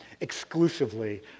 exclusively